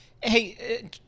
hey